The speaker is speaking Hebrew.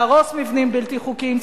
להרוס מבנים בלתי חוקיים,